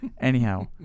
Anyhow